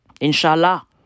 Inshallah